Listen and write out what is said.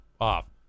off